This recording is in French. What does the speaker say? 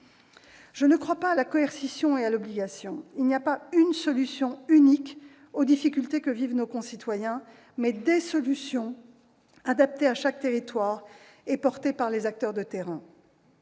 Je ne crois ni la coercition ni à l'obligation. Il n'y a pas une solution unique aux difficultés que rencontrent nos concitoyens, mais des solutions, adaptées à chaque territoire, et portées par les acteurs de terrain.